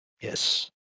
yes